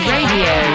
Radio